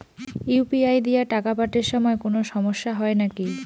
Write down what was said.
UPI দিয়া টাকা পাঠের সময় কোনো সমস্যা হয় নাকি?